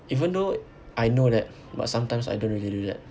even though I know that but sometimes I don't really do that